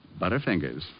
Butterfingers